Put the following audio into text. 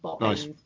Nice